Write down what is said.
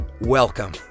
Welcome